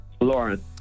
Lauren